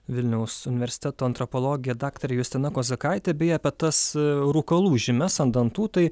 vilniaus universiteto antropologė daktarė justina kozakaitė beje apie tas rūkalų žymes ant dantų tai